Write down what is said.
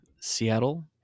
Seattle